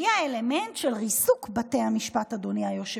והוא האלמנט של ריסוק בתי המשפט, אדוני היושב-ראש.